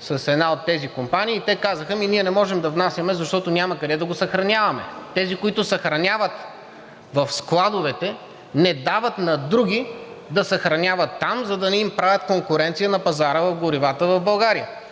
с една от тези компании и те казаха: ами ние не може да внасяме, защото няма къде да го съхраняваме. Тези, които съхраняват в складовете, не дават на други да съхраняват там, за да не им правят конкуренция на пазара на горивата в България.